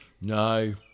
No